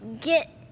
get